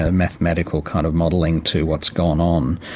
ah mathematical kind of modelling to what's gone on,